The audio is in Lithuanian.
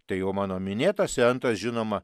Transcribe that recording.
tai jau mano minėtase antras žinoma